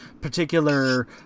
particular